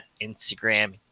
Instagram